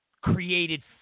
created